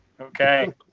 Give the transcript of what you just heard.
Okay